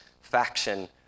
faction